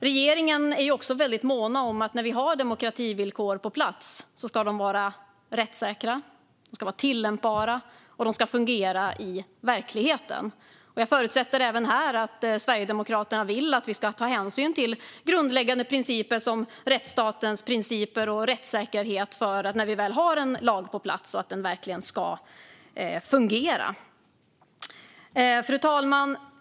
Regeringen är också väldigt mån om att när vi har demokrativillkor på plats ska de vara rättssäkra, tillämpbara och fungera i verkligheten. Jag förutsätter även här att Sverigedemokraterna vill att vi ska ta hänsyn till grundläggande principer som rättsstatens principer och rättssäkerhet när vi väl har en lag på plats och att den verkligen ska fungera. Fru talman!